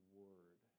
word